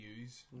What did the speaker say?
use